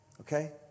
okay